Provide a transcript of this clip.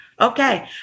Okay